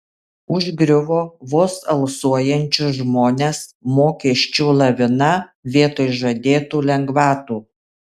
užgriuvo vos alsuojančius žmones mokesčių lavina vietoj žadėtų lengvatų